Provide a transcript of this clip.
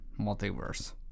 multiverse